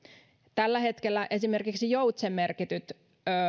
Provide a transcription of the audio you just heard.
tällä hetkellä esimerkiksi joutsenmerkityt